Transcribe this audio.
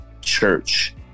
church